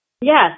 Yes